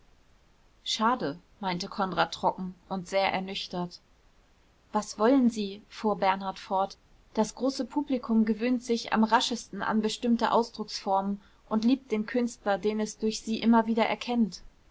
schade meinte konrad trocken und sehr ernüchtert was wollen sie fuhr bernhard fort das große publikum gewöhnt sich am raschesten an bestimmte ausdrucksformen und liebt den künstler den es durch sie immer wieder erkennt